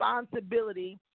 responsibility